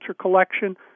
collection